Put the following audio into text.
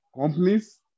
companies